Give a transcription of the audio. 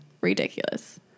Ridiculous